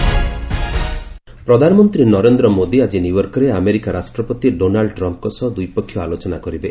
PM Trump ପ୍ରଧାନମନ୍ତ୍ରୀ ନରେନ୍ଦ୍ର ମୋଦୀ ଆଜି ନ୍ୟୟର୍କରେ ଆମେରିକା ରାଷ୍ଟ୍ରପତି ଡୋନାଲୁ ଟ୍ରମ୍ପ୍ଙ୍କ ସହ ଦ୍ୱିପକ୍ଷିୟ ଆଲୋଚନା କରିବେ